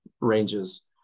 ranges